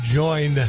join